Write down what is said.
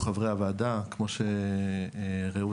משרד המשפטים,